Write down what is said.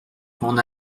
quand